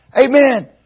Amen